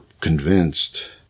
convinced